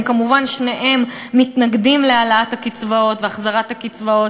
שניהם כמובן מתנגדים להעלאת הקצבאות והחזרת הקצבאות.